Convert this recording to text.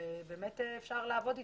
ובאמת אפשר לעבוד אתו.